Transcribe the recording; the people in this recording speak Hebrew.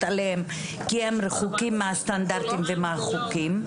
עליהם כי הם רחוקים מהסטנדרטים ומהחוקים.